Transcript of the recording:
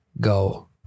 Go